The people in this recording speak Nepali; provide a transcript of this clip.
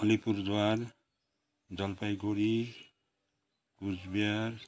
अलिपुरद्वार जलपाइगुडी कुचबिहार